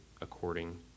according